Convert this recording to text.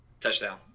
touchdown